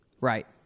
Right